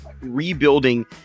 rebuilding